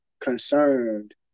concerned